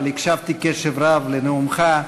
אבל הקשבתי קשב רב לנאומך,